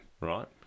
right